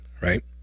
Right